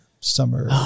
summer